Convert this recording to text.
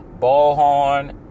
Ballhorn